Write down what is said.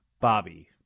Bobby